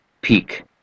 peak